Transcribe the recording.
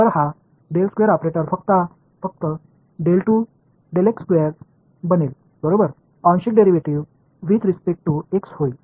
तर हा ऑपरेटर फक्त बनेल बरोबर आंशिक derivative with respect to x होईल